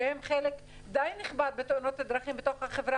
שהם חלק די נכבד בתאונות הדרכים בחברה